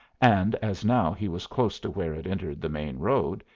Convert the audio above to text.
and as now he was close to where it entered the main road,